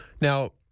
now